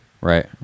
Right